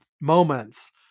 moments